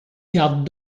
garde